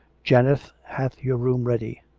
janet hath your room ready.